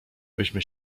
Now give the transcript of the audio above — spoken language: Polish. myśmy